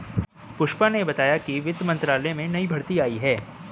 पुष्पा ने बताया कि वित्त मंत्रालय में नई भर्ती आई है